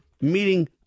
meeting